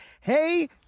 Hey